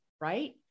right